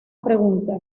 pregunta